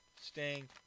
Sting